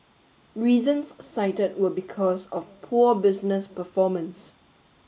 reasons cited were because of poor business performance